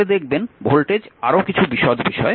পরে দেখবেন ভোল্টেজ আরও কিছু বিশদ বিষয়